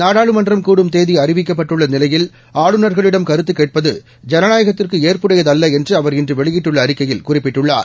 நாடாளுமன்றம் கூடும் தேதி அறிவிக்கப்பட்டுள்ள நிலையில் ஆளுநர்களிடம் கருத்து கேட்பகு ஜனநாயகத்திற்கு ஏற்புடையதல்ல என்று அவர் இன்று வெளியிட்டுள்ள அறிக்கையில் குறிப்பிட்டுள்ளார்